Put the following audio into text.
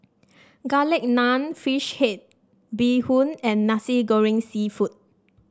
Garlic Naan fish head Bee Hoon and Nasi Goreng seafood